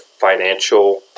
financial